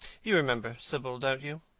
you remember sibyl, don't you?